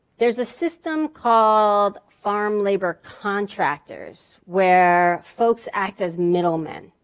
there's a system called farm labor contractors where folks act as middlemen.